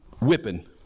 whipping